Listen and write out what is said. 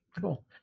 Cool